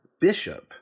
Bishop